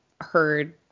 heard